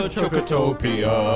Chocotopia